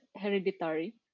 hereditary